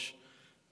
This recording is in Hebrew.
בראש,